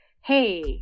hey